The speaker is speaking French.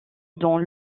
dans